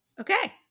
okay